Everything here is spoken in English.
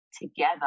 together